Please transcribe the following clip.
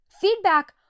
Feedback